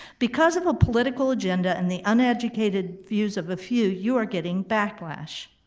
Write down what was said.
because of a political agenda and the uneducated views of a few, you are getting backlash.